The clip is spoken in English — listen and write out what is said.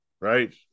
right